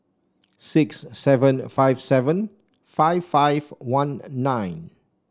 six seven five seven five five one nine